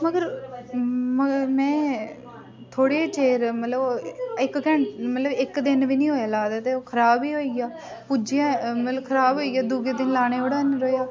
मगर मगर मै थोह्ड़े चिर मतलब इक घैंटा मतलब इक दिन बी नेईं होएआ लाए दे ते ओह् खराब ई होई गेआ पुज्जेआ मतलब खराब होई गेआ दुए दिन लाने ओह्ड़ा नी रेहा